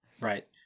right